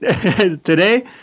today